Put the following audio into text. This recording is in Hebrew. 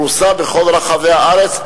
שפרוסה בכל רחבי הארץ,